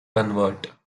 convert